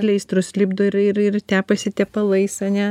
pleistrus lipdo ir ir ir tepasi tepalais ane